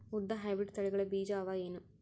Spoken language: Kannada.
ಉದ್ದ ಹೈಬ್ರಿಡ್ ತಳಿಗಳ ಬೀಜ ಅವ ಏನು?